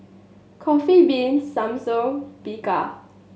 Coffee Bean Samsung Bika